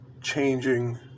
changing